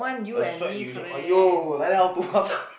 your strike you say !aiyo! like that how to